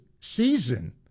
season